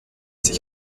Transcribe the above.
sich